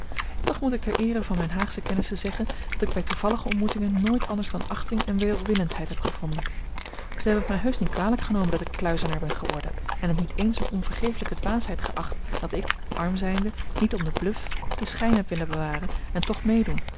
toch moet ik ter eere van mijne haagsche kennissen zeggen dat ik bij toevallige ontmoetingen nooit anders dan achting en welwillendheid heb gevonden ze hebben het mij heusch niet kwalijk genomen dat ik kluizenaar ben geworden en het niet eens een onvergefelijke dwaasheid geacht dat ik arm zijnde niet om den bluf den schijn heb willen bewaren en toch meedoen